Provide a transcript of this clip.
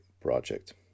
project